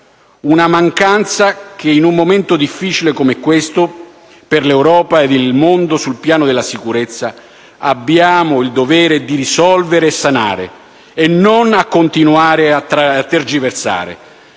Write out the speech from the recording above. Una mancanza che, in un momento difficile come questo per l'Europa ed il mondo sul piano della sicurezza, abbiamo il dovere di sanare senza continuare a tergiversare.